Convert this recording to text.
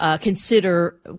consider